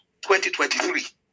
2023